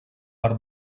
per